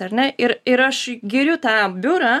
ar ne ir ir aš giriu tą biurą